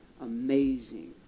amazing